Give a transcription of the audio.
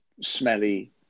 smelly